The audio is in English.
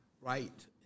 right